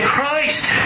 Christ